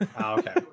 Okay